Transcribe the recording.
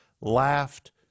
laughed